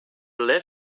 lead